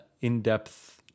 in-depth